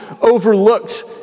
overlooked